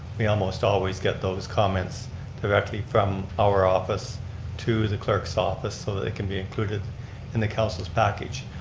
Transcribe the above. we almost always get those comments directly from our office to the clerk's office sort of so it can be included in the council's package.